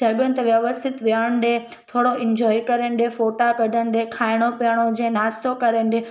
जॻहुनि ते व्यवस्थित वेहण ॾिए थोरो इंजॉय कनि ॾिए फ़ोटा कढनि ॾिए खाइणो पीअणो हुजे नाश्तो कनि ॾिए